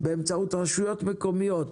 באמצעות רשויות מקומיות,